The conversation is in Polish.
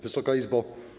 Wysoka Izbo!